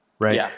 right